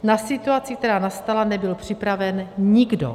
Na situaci, která nastala, nebyl připraven nikdo.